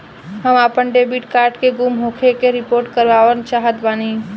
हम आपन debit card के गुम होखे के रिपोर्ट करवाना चाहत बानी